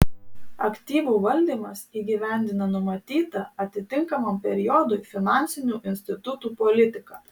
aktyvų valdymas įgyvendina numatytą atitinkamam periodui finansinių institutų politiką